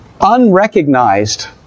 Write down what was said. unrecognized